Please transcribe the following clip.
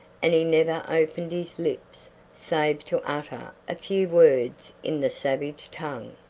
and he never opened his lips save to utter a few words in the savage tongue.